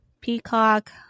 Peacock